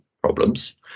problems